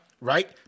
right